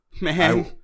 Man